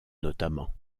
notamment